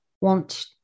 want